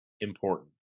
important